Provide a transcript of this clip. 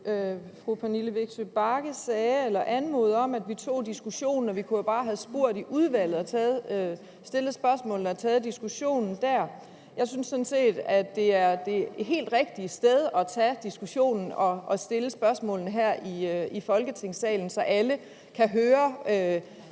fru Pernille Vigsø Bagge anmodede om, at vi tog diskussionen i udvalget, og sagde, at vi jo bare kunne have stillet spørgsmålene og taget diskussionen der. Jeg synes sådan set, at det helt rigtige sted at tage diskussionen og stille spørgsmålene er her i Folketingssalen, så alle kan høre